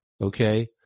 Okay